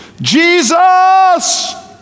Jesus